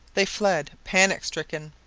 they fled panic-stricken.